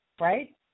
right